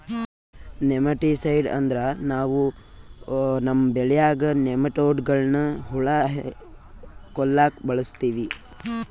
nematicide ಅಂದ್ರ ನಾವ್ ನಮ್ಮ್ ಬೆಳ್ಯಾಗ್ ನೆಮಟೋಡ್ಗಳ್ನ್ ಹುಳಾ ಕೊಲ್ಲಾಕ್ ಬಳಸ್ತೀವಿ